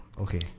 Okay